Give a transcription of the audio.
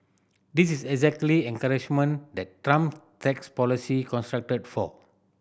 this is exactly encouragement that Trump tax policy constructed for